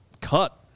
cut